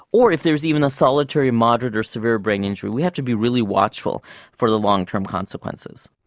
or if there is even a solitary moderate or severe brain injury, we have to be really watchful for the long-term consequences.